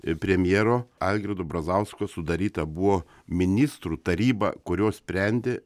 ir premjero algirdo brazausko sudaryta buvo ministrų taryba kurios sprendė